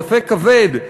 ספק כבד,